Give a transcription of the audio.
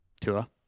Tua